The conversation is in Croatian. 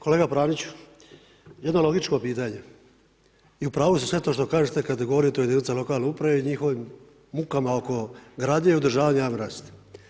Kolega Praniću, jedno logičko pitanje i u pravu ste sve to što kažete kad govorite o jedinicama lokalne uprave i njihovim mukama oko gradnje i održavanja javne rasvjete.